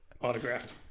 Autographed